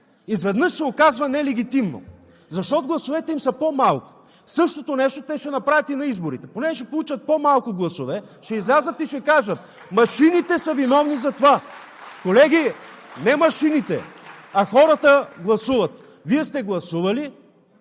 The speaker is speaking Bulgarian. изведнъж се оказва нелегитимно, защото гласовете им са по-малко! Същото нещо те ще направят и на изборите – понеже ще получат по-малко гласове, ще излязат и ще кажат: машините са виновни за това! (Ръкопляскания от ГЕРБ и ОП.) Колеги, не машините, а хората гласуват! Вие сте гласували